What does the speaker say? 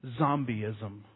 zombieism